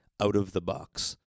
out-of-the-box